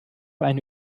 eine